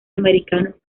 americanos